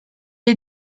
est